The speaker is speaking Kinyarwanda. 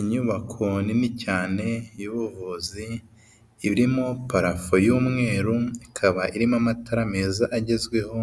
Inyubako nini cyane y'ubuvuzi irimo parafo y'umweru ikaba irimo amatara meza agezweho,